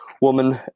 woman